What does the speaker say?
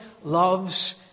loves